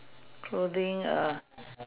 clothing err